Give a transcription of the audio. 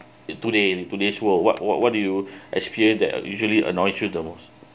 in today in today's world what what what do you experience that usually annoys you the most